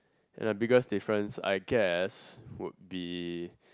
and the biggest different I guess would be